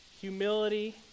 Humility